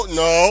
no